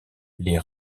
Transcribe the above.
les